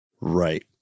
Right